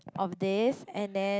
of this and then